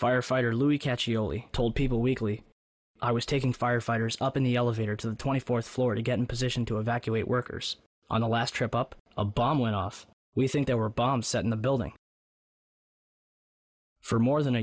firefighter louis catchy only told people weekly i was taking firefighters up in the elevator to the twenty fourth floor to get in position to evacuate workers on the last trip up a bomb went off we think there were bombs set in the building for more than a